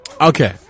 Okay